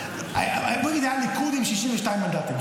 נגיד שהיה ליכוד עם 62 מנדטים,